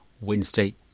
wednesday